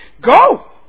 go